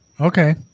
Okay